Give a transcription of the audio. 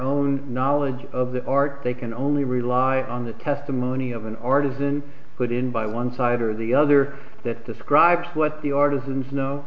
own knowledge of the art they can only rely on the testimony of an artisan put in by one side or the other that describes what the artisans kno